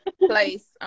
place